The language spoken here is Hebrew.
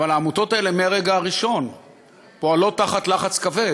אבל העמותות האלה מהרגע הראשון פועלות תחת לחץ כבד,